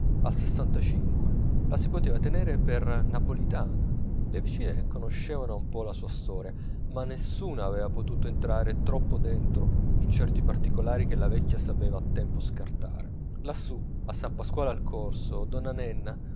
al sessantacinque la si poteva tenere per napolitana le vicine conoscevano un po la sua storia ma nessuna aveva potuto entrar troppo addentro in certi particolari che la vecchia sapeva a tempo scartare lassù a s pasquale al corso donna nena